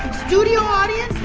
studio audience,